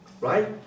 right